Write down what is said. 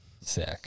Sick